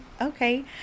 Okay